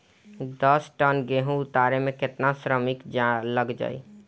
दस टन गेहूं उतारे में केतना श्रमिक लग जाई?